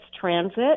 transit